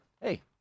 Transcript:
Hey